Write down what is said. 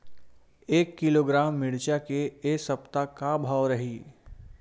एक किलोग्राम मिरचा के ए सप्ता का भाव रहि?